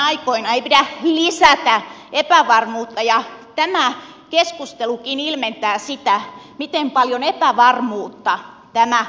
epävarmoina aikoina ei pidä lisätä epävarmuutta ja tämä keskustelukin ilmentää sitä miten paljon epävarmuutta tämä uudistus tuo